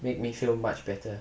make me feel much better